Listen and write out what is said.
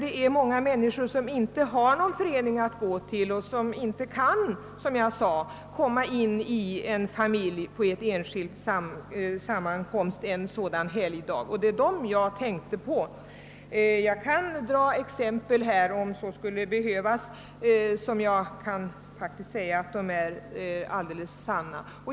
Javisst, men många människor har inte någon förening att gå till och kan inte komma in i en familj eller en enskild sammankomst en sådan helgdag. Det är dem jag tänkte på. Jag kan dra fram exempel ur verkligheten om så skulle behövas.